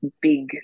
big